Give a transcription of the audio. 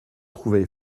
trouvai